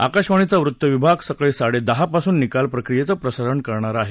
आकाशवाणीचा वृत्त विभाग सकाळी साडेदहापासून निकाल प्रक्रियेचं प्रसारण करणार आहे